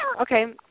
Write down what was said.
okay